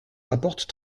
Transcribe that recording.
rapporte